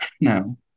No